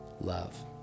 love